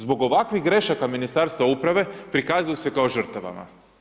Zbog ovakvih grešaka Ministarstva uprave, prikazuju se kao žrtvama.